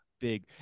Big